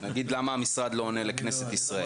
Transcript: נגיד - למה המשרד לא עונה לכנסת ישראל.